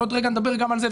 ועוד רגע נדבר גם על זה,